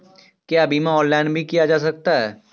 क्या बीमा ऑनलाइन भी किया जा सकता है?